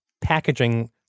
packaging